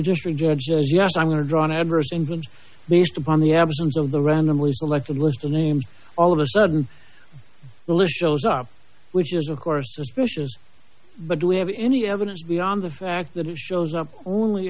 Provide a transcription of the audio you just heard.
district judge says yes i'm going to draw an adverse and whims based upon the absence of the randomly selected list of names all of a sudden the list goes on which is of course suspicious but do we have any evidence beyond the fact that it shows up only